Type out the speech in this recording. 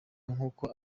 nkuko